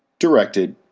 directed,